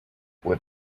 with